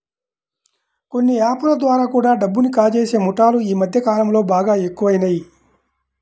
కొన్ని యాప్ ల ద్వారా కూడా డబ్బుని కాజేసే ముఠాలు యీ మద్దె కాలంలో బాగా ఎక్కువయినియ్